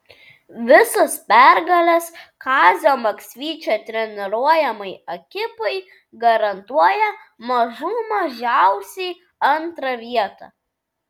visos pergalės kazio maksvyčio treniruojamai ekipai garantuoja mažų mažiausiai antrą vietą